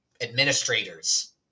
administrators